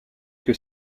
que